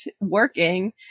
working